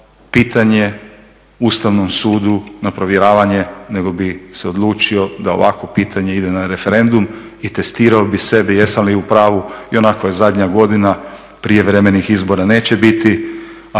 pitanje Ustavnom sudu na provjeravanje nego bi se odlučio da ovakvo pitanje ide na referendum i testirao bih sebe jesam li u pravu, i onako je zadnja godina, prijevremenih izbora neće biti,